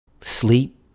Sleep